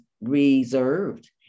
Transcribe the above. reserved